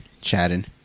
chatting